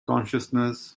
consciousness